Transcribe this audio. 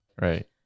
Right